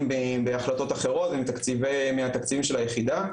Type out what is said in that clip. בהחלטות אחרות ומהתקציבים של היחידה,